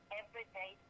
everyday